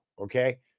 okay